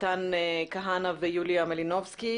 מתן כהנא ויוליה מלינובסקי,